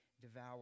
devour